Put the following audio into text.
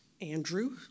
Andrew